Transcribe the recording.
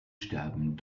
sterben